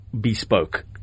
Bespoke